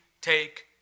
take